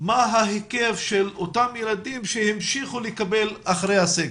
מה ההיקף של אותם ילדים שהמשיכו לקבל אחרי הסגר.